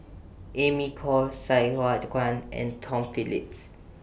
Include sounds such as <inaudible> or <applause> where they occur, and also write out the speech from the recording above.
Amy Khor Sai Hua <unintelligible> Kuan and Tom Phillips